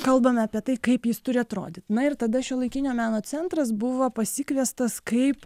kalbame apie tai kaip jis turi atrodyt na ir tada šiuolaikinio meno centras buvo pasikviestas kaip